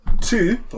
two